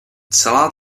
celá